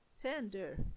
tender